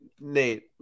Nate